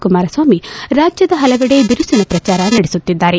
ಕುಮಾರಸ್ವಾಮಿ ರಾಜ್ಯದ ಹಲವೆಡೆ ಬಿರುಸಿನ ಪ್ರಚಾರ ನಡೆಸುತ್ತಿದ್ದಾರೆ